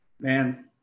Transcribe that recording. man